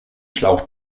schlauch